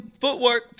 footwork